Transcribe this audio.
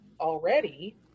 already